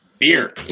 Beer